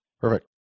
Perfect